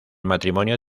matrimonio